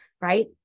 right